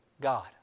God